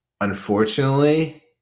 unfortunately